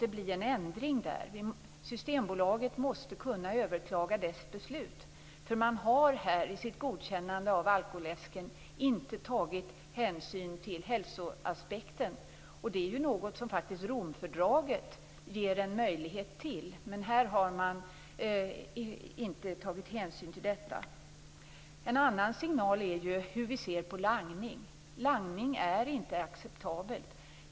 Systembolaget måste kunna överklaga dess beslut. Man har här i sitt godkännande av alkoläsken inte tagit hänsyn till hälsoaspekten. Det är ju något som Romfördraget ger en möjlighet till, men här har man inte tagit hänsyn till detta. En annan signal är hur vi ser på langning. Langning är inte acceptabelt.